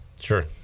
sure